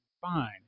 fine